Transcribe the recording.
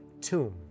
tomb